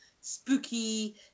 spooky